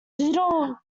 digital